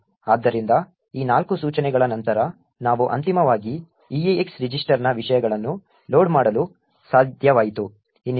ಆದ್ದರಿಂದ ಈ ನಾಲ್ಕು ಸೂಚನೆಗಳ ನಂತರ ನಾವು ಅಂತಿಮವಾಗಿ EAX ರಿಜಿಸ್ಟರ್ನ ವಿಷಯಗಳನ್ನು ಲೋಡ್ ಮಾಡಲು ಸಾಧ್ಯವಾಯಿತು